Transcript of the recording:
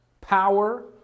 power